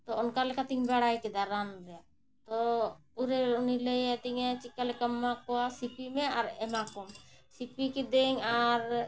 ᱛᱳ ᱚᱱᱠᱟ ᱞᱮᱠᱟᱛᱮᱧ ᱵᱟᱲᱟᱭ ᱠᱮᱫᱟ ᱨᱟᱱ ᱨᱮᱭᱟᱜ ᱛᱳ ᱩᱱᱨᱮ ᱩᱱᱤᱭ ᱞᱟᱹᱭ ᱟᱫᱤᱧᱟᱹ ᱪᱮᱫᱠᱟᱞᱮᱠᱟᱢ ᱮᱢᱟ ᱠᱚᱣᱟ ᱥᱤᱯᱤ ᱢᱮ ᱟᱨ ᱮᱢᱟ ᱠᱚᱢ ᱥᱤᱯᱤ ᱠᱮᱫᱟᱹᱧ ᱟᱨ